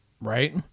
right